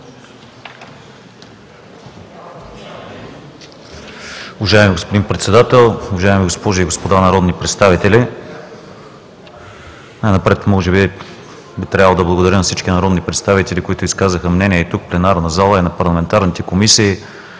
Уважаеми господин Председател, уважаеми госпожи и господа народни представители! Най-напред може би, би трябвало да благодаря на всички народни представители, които изказаха мнение тук, в пленарната зала, а и на парламентарните комисии